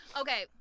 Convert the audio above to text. Okay